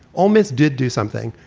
ole miss did do something.